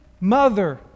mother